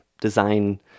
design